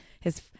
his-